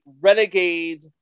renegade